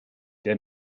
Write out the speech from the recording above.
der